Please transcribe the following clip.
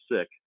sick